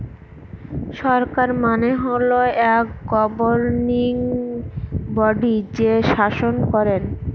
সরকার মানে হল এক গভর্নিং বডি যে শাসন করেন